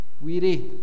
weary